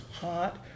hot